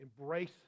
embrace